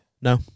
No